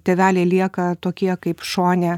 tėveliai lieka tokie kaip šone